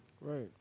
Right